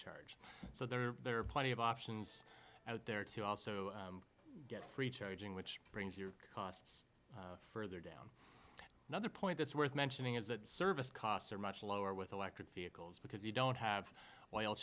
charge so there are plenty of options out there to also get free charging which brings your costs further down another point that's worth mentioning is that service costs are much lower with electric vehicles because you don't have oil